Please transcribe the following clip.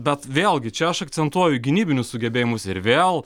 bet vėlgi čia aš akcentuoju gynybinius sugebėjimus ir vėl